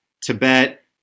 Tibet